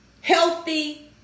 healthy